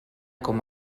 com